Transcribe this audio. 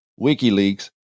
WikiLeaks